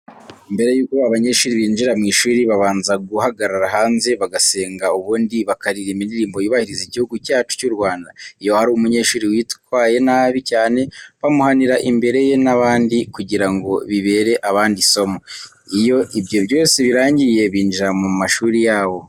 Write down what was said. Mbere y'uko abanyeshuri binjira mu ishuri babanza guhagarara hanze bagasenga, ubundi bakaririmba indirimbo yubahiriza igihugu cyacu cy'u Rwanda. Iyo hari umunyeshuri witwaye nabi cyane, bamuhanira imbere ye n'abandi kugira ngo bibere abandi isomo. Iyo ibyo byose birangiye, binjira mu mashuri yabo.